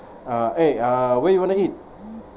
uh eh uh where you want to eat